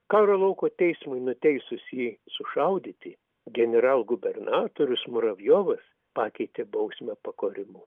karo lauko teismui nuteisus jį sušaudyti generalgubernatorius muravjovas pakeitė bausmę pakorimu